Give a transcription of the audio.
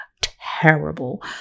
terrible